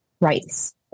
rights